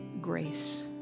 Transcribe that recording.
grace